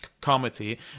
committee